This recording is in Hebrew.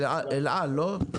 של אל על, לא?